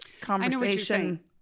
conversation